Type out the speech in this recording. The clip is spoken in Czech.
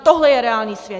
Tohle je reálný svět.